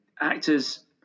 Actors